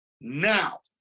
Now